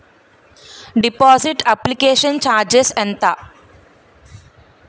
Deposit application charges ఎంత?